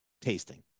tasting